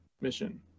mission